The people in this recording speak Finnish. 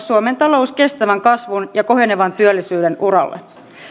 suomen talous kestävän kasvun ja kohenevan työllisyyden uralle